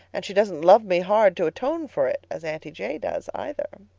and she doesn't love me hard to atone for it, as aunty j. does, either.